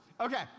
okay